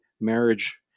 marriage